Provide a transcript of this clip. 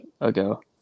ago